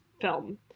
film